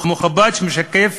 המכובד שמשקף